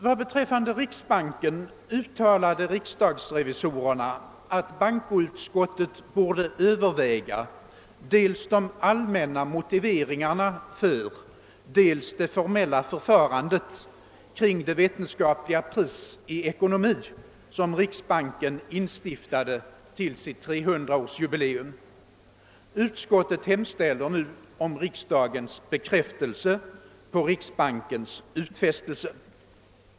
Vad beträffar riksbanken uttalade riksdagsrevisorerna, att bankoutskottet borde överväga dels de allmänna motiveringarna för, dels det formella förfarandet kring det vetenskapliga pris 1 ekonomi, som riksbanken instiftade till sitt 300-årsjubileum. Utskottet hemställer nu om riksdagens bekräftelse av riksbankens utfästelse.